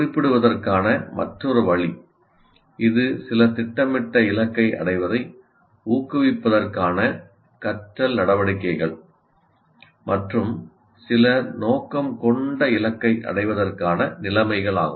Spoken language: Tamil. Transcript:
குறிப்பிடுவதற்கான மற்றொரு வழி இது சில திட்டமிட்ட இலக்கை அடைவதை ஊக்குவிப்பதற்கான கற்றல் நடவடிக்கைகள் மற்றும் சில நோக்கம் கொண்ட இலக்கை அடைவதற்கான நிலைமைகள் ஆகும்